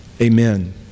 Amen